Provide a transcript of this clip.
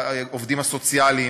העובדים הסוציאליים,